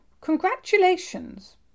Congratulations